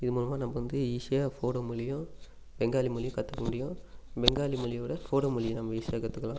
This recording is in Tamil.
இது மூலமாக நம்ம வந்து ஈஸியாக போடோ மொழியும் பெங்காலி மொழியும் கற்றுக்க முடியும் பெங்காலி மொழியை விட போடோ மொழி நம்ம ஈஸியாக கற்றுக்குலாம்